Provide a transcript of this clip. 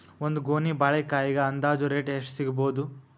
ಒಂದ್ ಗೊನಿ ಬಾಳೆಕಾಯಿಗ ಅಂದಾಜ ರೇಟ್ ಎಷ್ಟು ಸಿಗಬೋದ?